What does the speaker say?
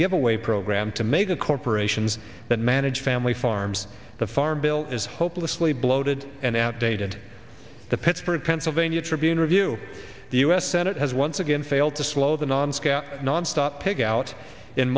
giveaway program to major corporations that manage family farms the farm bill is hopelessly bloated and outdated the pittsburgh pennsylvania tribune review the u s senate has once again failed to slow the nonstop nonstop pig out in